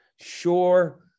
Sure